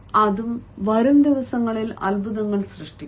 അത് വരും ദിവസങ്ങളിൽ അത്ഭുതങ്ങൾ സൃഷ്ടിക്കും